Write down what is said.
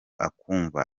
akumva